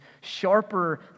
sharper